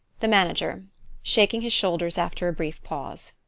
the manager shaking his shoulders after a brief pause.